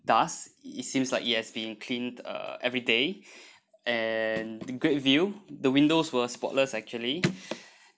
dust it seems like it has been cleaned uh every day and the great view the windows were spotless actually